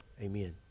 Amen